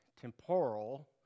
temporal